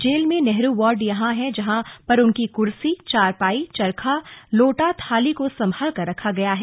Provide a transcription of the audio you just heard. jail में Nehru ward है जहां पर उनकी कुर्सी चारपाई चरखा लोटा थाली को संभाल कर रखा गया है